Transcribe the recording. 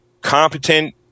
competent